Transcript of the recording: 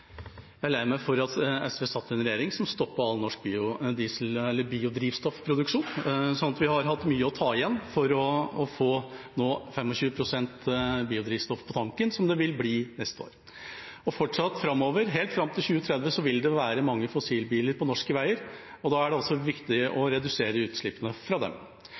jeg er lei meg for at SV satt i en regjering som stoppet all norsk biodrivstoffproduksjon, så vi har hatt mye å ta igjen for å få 25 pst. biodrivstoff på tanken, som det vil bli neste år. Og fortsatt vil det framover, helt fram til 2030, være mange fossilbiler på norske veier, og da er det også viktig å redusere utslippene fra dem.